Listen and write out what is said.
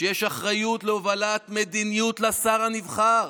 שיש אחריות להובלת מדיניות לשר הנבחר,